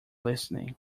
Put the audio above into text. listening